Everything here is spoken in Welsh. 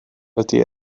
ydy